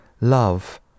love